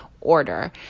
order